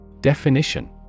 Definition